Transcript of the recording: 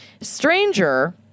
stranger